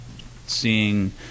seeing